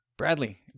Bradley